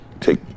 Take